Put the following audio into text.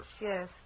Yes